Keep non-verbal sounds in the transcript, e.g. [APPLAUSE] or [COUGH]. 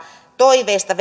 toiveesta [UNINTELLIGIBLE]